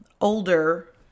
older